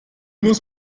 muss